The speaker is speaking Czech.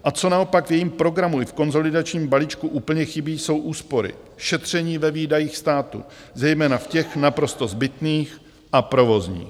A co naopak v jejím programu i v konsolidačním balíčku úplně chybí, jsou úspory, šetření ve výdajích státu, zejména v těch naprosto zbytných a provozních.